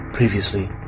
previously